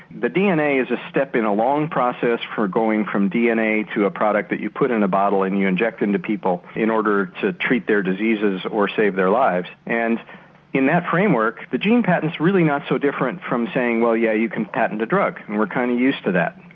the dna is a step in a long process of going from dna to a product that you put in a bottle and you inject into people in order to treat their diseases or save their lives. and in that framework the gene patent is really not so different from saying well yeah, you can patent a drug and we're kind of used to that.